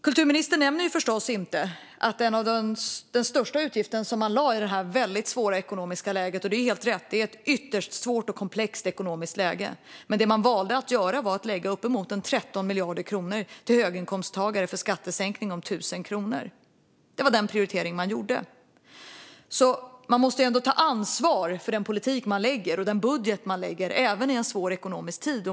Kulturministern nämner förstås inte att en av de största utgifterna, uppemot 13 miljarder kronor, valde man att lägga som en skattesänkning om 1 000 kronor för höginkomsttagare, och man gjorde det i detta ytterst svåra och komplexa ekonomiska läge. Det var den prioritering man gjorde. Man måste ändå ta ansvar för den politik och den budget man lägger fram, även i en svår ekonomisk tid.